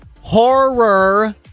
horror